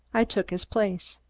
i took his place.